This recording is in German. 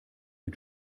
die